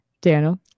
Daniel